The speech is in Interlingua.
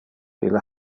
ille